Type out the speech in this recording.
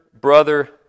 brother